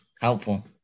helpful